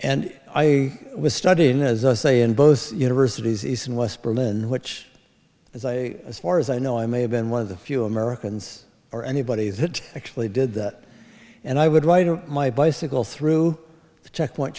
and i was studying as i say in both universities east and west berlin which is i as far as i know i may have been one of the few americans or anybody that actually did that and i would write to my bicycle through the checkpoint